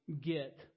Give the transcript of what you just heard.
get